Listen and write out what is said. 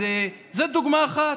זו דוגמה אחת.